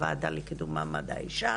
לוועדה לקידום מעמד האישה,